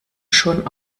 schon